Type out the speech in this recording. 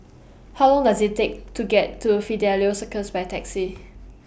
How Long Does IT Take to get to Fidelio Circus By Taxi